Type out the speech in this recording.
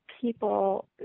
people